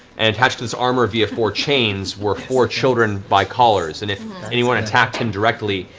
and attached to this armor via four chains were four children by collars, and if anyone attacked him directly,